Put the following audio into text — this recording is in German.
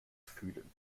fühlen